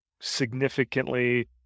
significantly